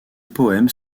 poèmes